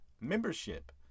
membership